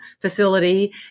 facility